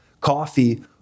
coffee